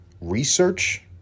research